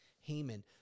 Haman